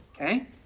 Okay